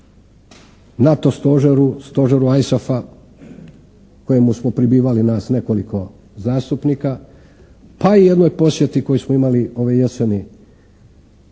NATO stožeru, stožeru ISAF-a kojemu smo pribivali nas nekoliko zastupnika, pa i jednoj posjeti koju smo imali ove jeseni